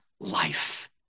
Life